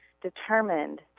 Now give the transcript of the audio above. determined